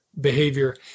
behavior